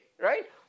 right